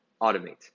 automate